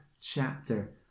chapter